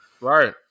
Right